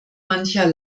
mancher